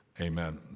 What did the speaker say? amen